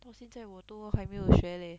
到现在我都还没有学 leh